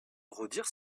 redire